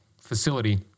facility